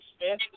Smith